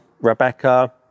Rebecca